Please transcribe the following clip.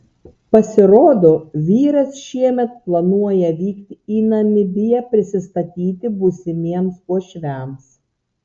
pasirodo vyras šiemet planuoja vykti į namibiją prisistatyti būsimiems uošviams